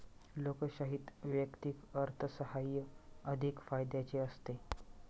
लोकशाहीत वैयक्तिक अर्थसाहाय्य अधिक फायद्याचे असते